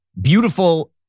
beautiful